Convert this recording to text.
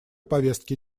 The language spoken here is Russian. повестке